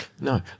No